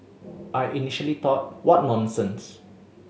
I initially thought what nonsense